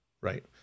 Right